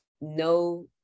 no